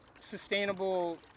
sustainable